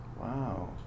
Wow